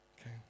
Okay